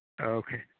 Okay